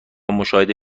مشاهده